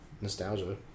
nostalgia